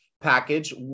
package